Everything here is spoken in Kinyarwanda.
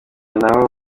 nabo